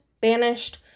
banished